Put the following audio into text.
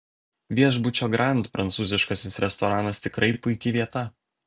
viešbučio grand prancūziškasis restoranas tikrai puiki vieta